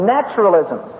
Naturalism